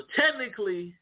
technically